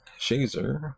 Shazer